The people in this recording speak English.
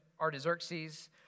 Artaxerxes